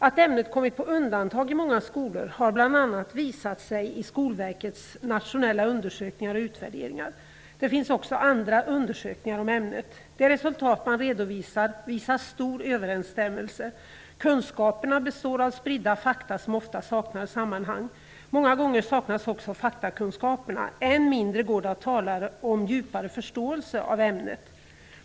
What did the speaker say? Att ämnet kommit på undantag i många skolor har bl.a. visat sig i Skolverkets nationella undersökningar och utvärderingar. Det finns också andra undersökningar om ämnet. De resultat som man redovisar visar stor överensstämmelse. Kunskaperna består av spridda fakta som ofta saknar sammanhang. Många gånger saknas också faktakunskaperna, och än mindre kan man tala om en djupare förståelse av ämnet.